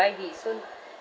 buy this [one]